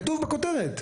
כתוב בכותרת.